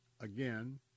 again